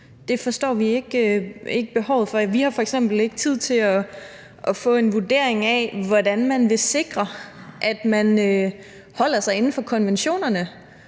Det forstår vi ikke behovet for. Vi har f.eks. ikke tid til at få en vurdering af, hvordan man vil sikre, at man holder sig inden for konventionerne,